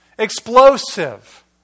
explosive